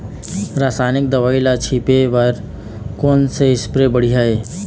रासायनिक दवई ला छिचे बर कोन से स्प्रे बढ़िया हे?